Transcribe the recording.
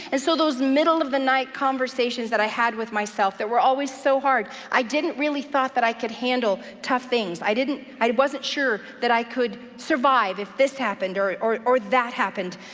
and so those middle of the night conversations that i had with myself that were always so hard, i didn't really thought that i could handle tough things. i didn't, i wasn't sure that i could survive if this happened, or or that happened.